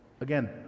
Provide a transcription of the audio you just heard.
Again